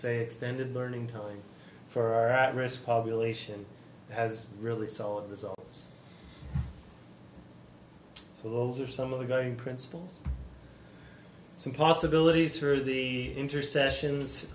say extended learning time for are at risk population has really solid results so those are some of the going principals some possibilities for the intercessions